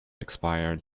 expired